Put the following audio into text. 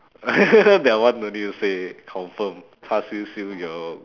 that one don't need to say confirm char-siew siew-yoke